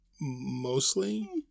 mostly